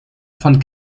von